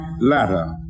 ladder